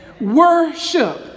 Worship